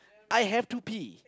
I have to pee